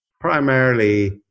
primarily